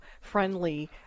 friendly